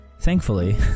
thankfully